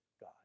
God